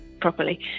properly